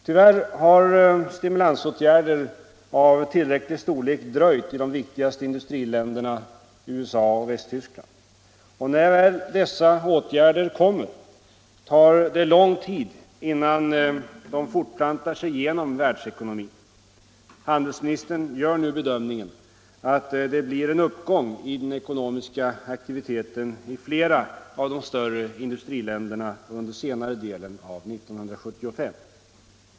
Tyvärr har stimulansåtgärder av tillräcklig storlek dröjt i de viktigaste industriländerna, USA och Västtyskland. Och när väl dessa åtgärder kommer, tar det lång tid innan de fortplantar sig genom världsekonomin. Handelsministern gör nu bedömningen att det blir en uppgång i den ekonomiska aktiviteten i flera av de större industriländerna under senare delen av 1975.